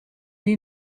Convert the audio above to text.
die